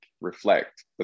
reflect